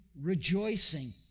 rejoicing